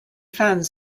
fans